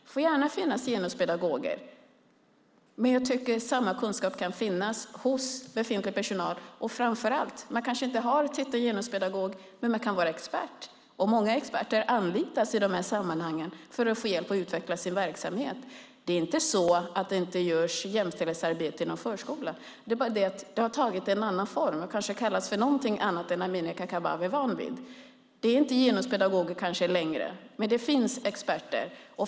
Det får gärna finnas genuspedagoger. Men jag tycker att samma kunskap kan finnas hos befintlig personal. Och framför allt: Kanske har man inte titeln genuspedagog, men man kan vara expert. Många experter anlitas i de här sammanhangen för att man ska få hjälp med att utveckla sin verksamhet. Det är inte så att det inte görs ett jämställdhetsarbete inom förskolan. Det är bara det att det tagit en annan form och kanske kallas för någonting annat än det Amineh Kakabaveh är van vid. Kanske är det inte längre fråga om genuspedagoger. Men det finns experter.